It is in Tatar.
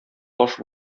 таш